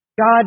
God